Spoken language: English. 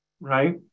right